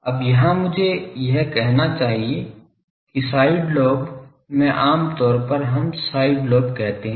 अब यहां मुझे यह कहना चाहिए कि साइड लोब में आमतौर पर हम साइड लोब कहते हैं